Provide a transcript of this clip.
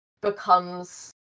becomes